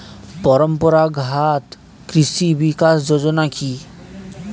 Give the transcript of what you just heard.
পরম্পরা ঘাত কৃষি বিকাশ যোজনা কি?